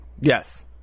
Yes